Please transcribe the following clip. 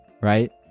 Right